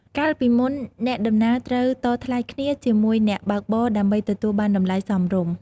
កាលពីមុន អ្នកដំណើរត្រូវតថ្លៃគ្នាជាមួយអ្នកបើកបរដើម្បីទទួលបានតម្លៃសមរម្យ។